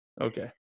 Okay